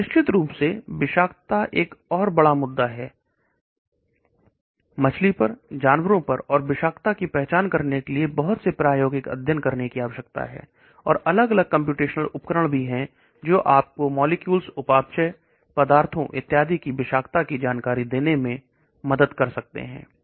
और निश्चित रूप से विषाक्तता एक बड़ा मुद्दा है मछली पर जानवरों पर और विषाक्तता की पहचान करने के लिए बहुत से प्रायोगिक अध्ययन करने की आवश्यकता है और अलग अलग कंप्यूटेशनल उपकरण भी हैं जो आपको मॉलिक्यूल उपापचय पदार्थों इत्यादि की विषाक्तता जानकारी देने में मदद करते हैं